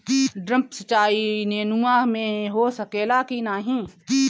Drip सिंचाई नेनुआ में हो सकेला की नाही?